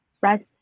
rest